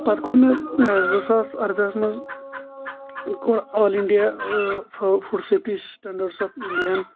پتہٕ کوٚر مےٚ زٕ ساس اردہس منٛز کوٚر all India food safety standards of Indian